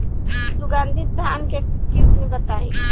सुगंधित धान के किस्म बताई?